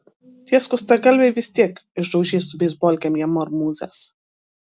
tie skustagalviai vis tiek išdaužys su beisbolkėm jiem marmūzes